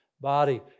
body